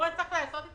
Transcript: כאן צריך לעשות את